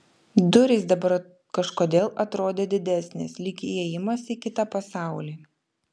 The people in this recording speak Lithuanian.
durys dabar kažkodėl atrodė didesnės lyg įėjimas į kitą pasaulį